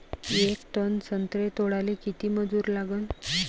येक टन संत्रे तोडाले किती मजूर लागन?